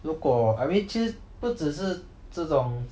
如果 I mean 其实不只是这种